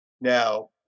Now